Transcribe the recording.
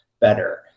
better